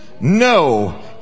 No